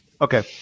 Okay